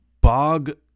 bog